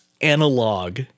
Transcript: analog